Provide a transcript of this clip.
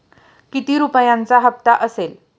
किती रुपयांचा हप्ता असेल?